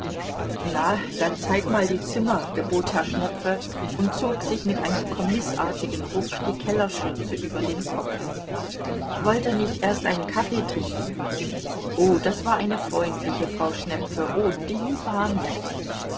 na dann zeig mal die zimmer gebot herr schnepfe und zog sich mit einem kommißartigen ruck die kellerschürze über den kopf wollt ihr nicht erst einen kaffee trinken oh das war eine freundliche frau schnepfe oh die war nett